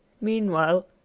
Meanwhile